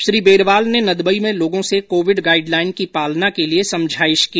श्री बेरवाल ने नदबई में लोगों से कोविड गाईडलाईन की पालना के लिये समझाइश की